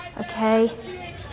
Okay